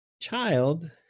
Child